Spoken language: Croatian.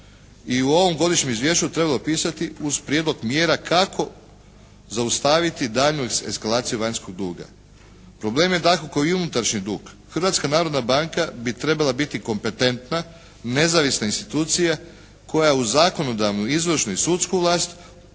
i u ovom godišnjem izvješću trebalo pisati uz prijedlog mjera kako zaustaviti daljnju eskalaciju vanjskog duga. Problem je dakako i unutrašnji dug. Hrvatska narodna banka bi trebala biti kompetentna, nezavisna institucija koja uz zakonodavnu, izvršnu i sudsku vlast